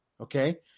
okay